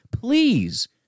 please